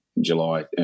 july